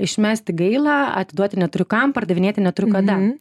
išmesti gaila atiduoti neturiu kam pardavinėti neturiu kada